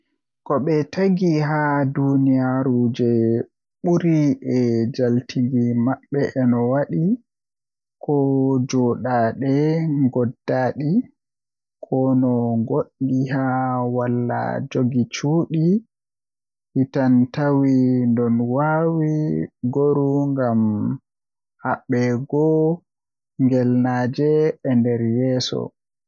Koɓe tagi haa duniyaaru jei ɓuri E njaatigi maɓɓe e no waɗi ko jooɗaade ngoodaaɗi, kono ngoodi heen walla jogii cuɗii, hitaan tawii ndon waɗi ngooru ngam haɓɓude ngelnaange e nder yeeso.